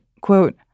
quote